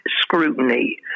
scrutiny